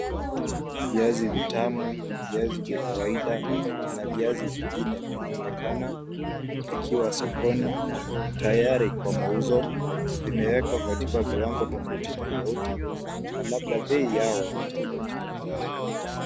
Viazi vitamu, viazi vya kawaida na viazi vingine vinaonekana vikiwa sokoni tayari kwa mauzo. Vimewekwa katika viwango tofauti tofauti na labda bei yao ni tofauti tofauti.